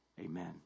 Amen